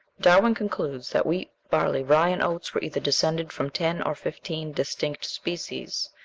darwin concludes that wheat, barley, rye, and oats were either descended from ten or fifteen distinct species,